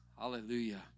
Hallelujah